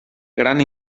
gran